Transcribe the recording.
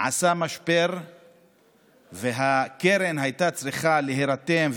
עשה משבר והקרן הייתה צריכה להירתם,